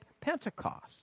Pentecost